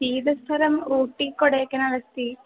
शीतस्थलम् ऊटि कोडैकनल् अस्ति